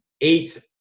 eight